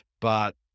but-